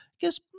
guess